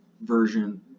version